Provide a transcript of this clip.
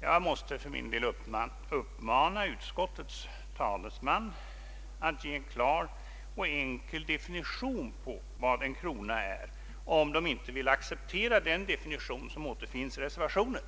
Jag måste uppmana utskottets talesman att ge en klar och enkel definition på vad en krona är — om man inte vill acceptera den definition som återfinns i reservationen.